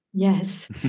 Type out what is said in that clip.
Yes